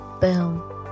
Boom